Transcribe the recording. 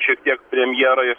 šiek tiek premjerą